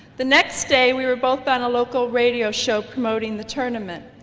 the next day we were both on a local radio show promoting the tournament.